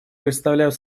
представляют